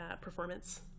Performance